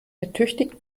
ertüchtigt